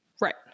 right